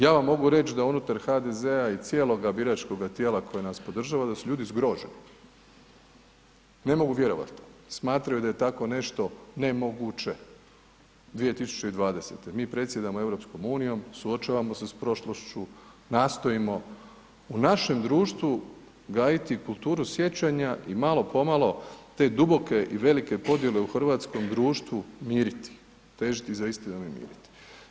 Ja vam mogu reć da unutar HDZ-a i cijeloga biračkoga tijela koje nas podržava da su ljudi zgroženi, ne mogu vjerovati, smatraju da je tako nešto nemoguće 2020., mi predsjedamo EU, suočavamo se s prošlošću, nastojimo u našem društvu gajiti kulturu sjećanja i malo pomalo te duboke i velike podjele u hrvatskom društvu miriti, težiti za istinom i miriti.